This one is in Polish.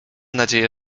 nadzieję